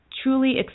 Truly